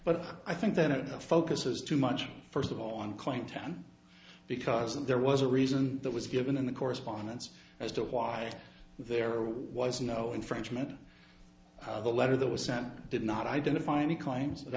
but i think then it focuses too much first of all on calling time because there was a reason that was given in the correspondence as to why there was no infringement how the letter that was sent did not identify any claims that